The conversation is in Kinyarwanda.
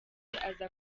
aza